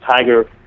Tiger